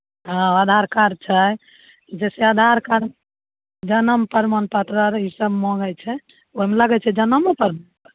हॅं अधार कार्ड छै जैसे अधार कार्ड जन्म प्रमाण पत्र आर ई सब मंगै छै ओहिमे लगै छै जन्मो प्रमाण पत्र